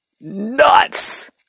nuts